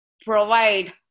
provide